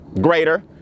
greater